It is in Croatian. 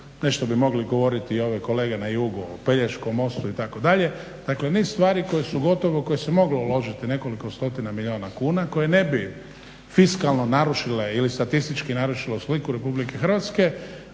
nešto bi mogli govoriti i ove kolege na jugu o Pelješkom mostu itd., dakle niz stvari koje su gotovo, koje se moglo uložiti nekoliko stotina milijuna kuna koje ne bi fiskalno narušile ili statistički narušilo sliku Republike Hrvatske,